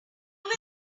will